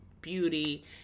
beauty